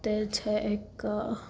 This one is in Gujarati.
તે છે એક